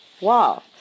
Wow